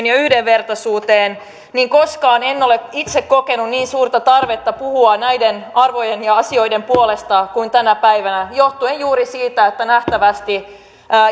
ja yhdenvertaisuuteen niin koskaan en ole itse kokenut niin suurta tarvetta puhua näiden arvojen ja asioiden puolesta kuin tänä päivänä johtuen juuri siitä että nähtävästi